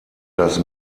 das